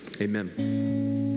amen